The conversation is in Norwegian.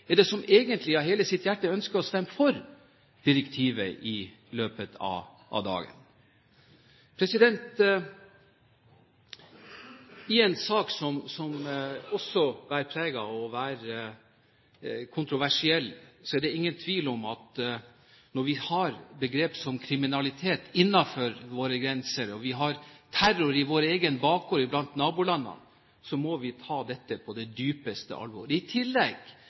i Fremskrittspartiet som egentlig av hele sitt hjerte ønsker å stemme for direktivet i dag. I en sak som også bærer preg av å være kontroversiell, er det ingen tvil om at når vi har begrep som «kriminalitet» innenfor våre grenser og terror i vår egen bakgård, i nabolandene, må vi ta dette på det dypeste alvor. I tillegg,